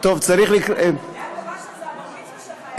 זה הבר-מצווה שלך.